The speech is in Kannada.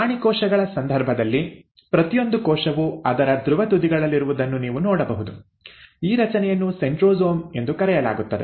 ಪ್ರಾಣಿ ಕೋಶಗಳ ಸಂದರ್ಭದಲ್ಲಿ ಪ್ರತಿಯೊಂದು ಕೋಶವು ಅದರ ಧ್ರುವ ತುದಿಗಳಲ್ಲಿರುವುದನ್ನು ನೀವು ನೋಡಬಹುದು ಈ ರಚನೆಯನ್ನು ಸೆಂಟ್ರೊಸೋಮ್ ಎಂದು ಕರೆಯಲಾಗುತ್ತದೆ